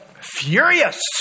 furious